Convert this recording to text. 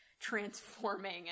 transforming